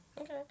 okay